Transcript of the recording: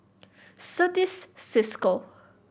Certis Cisco